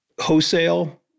wholesale